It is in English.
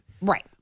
Right